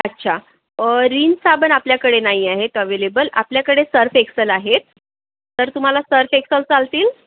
अच्छा रीन साबण आपल्याकडे नाही आहेत अवेलेबल आपल्याकडे सर्फ एक्सेल आहेत तर तुम्हाला सर्फ एक्सल चालतील